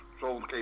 sold